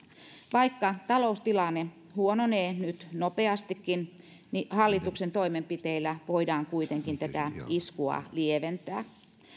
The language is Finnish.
vaikka taloustilanne huononee nyt nopeastikin niin hallituksen toimenpiteillä voidaan kuitenkin tätä iskua lieventää